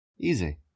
Easy